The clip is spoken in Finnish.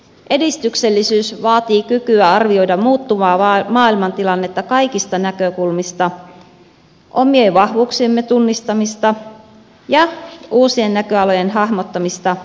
edistyksellisyys vaatii kykyä arvioida muuttuvaa maailmantilannetta kaikista näkökulmista omien vahvuuksiemme tunnistamista ja uusien näköalojen hahmottamista vahvuuksiemme pohjalta